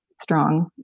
Strong